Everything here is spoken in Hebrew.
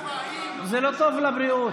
זה לא טוב לבריאות.